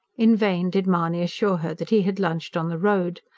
in vain did mahony assure her that he had lunched on the road.